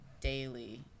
daily